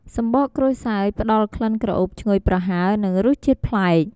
សំបកក្រូចសើច ផ្តល់ក្លិនក្រអូបឈ្ងុយប្រហើរ និងរសជាតិប្លែក។